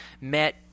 met